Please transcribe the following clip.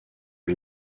lui